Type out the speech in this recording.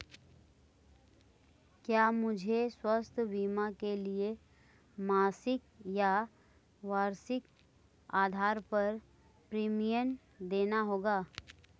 क्या मुझे स्वास्थ्य बीमा के लिए मासिक या वार्षिक आधार पर प्रीमियम देना होगा?